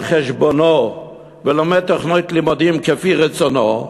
חשבונו ולומד תוכנית לימודים כפי רצונו,